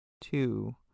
two